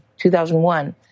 2001